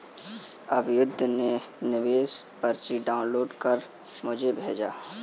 अभ्युदय ने निवेश पर्ची डाउनलोड कर मुझें भेजा